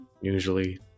usually